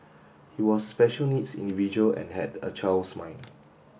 he was special needs individual and had a child's mind